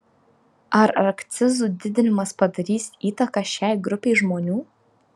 ar akcizų didinimas padarys įtaką šiai grupei žmonių